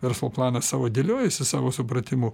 verslo planą savo dėliojasi savo supratimu